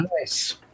Nice